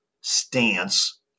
stance